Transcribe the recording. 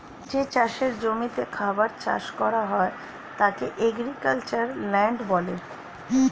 যে চাষের জমিতে খাবার চাষ করা হয় তাকে এগ্রিক্যালচারাল ল্যান্ড বলে